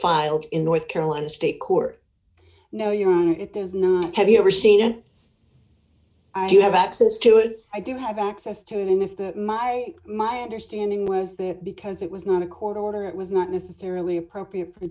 filed in north carolina state court no your honor it does not have you ever seen it you have access to it i do have access to it and if that my my understanding was that because it was not a court order it was not necessarily appropriate